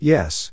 Yes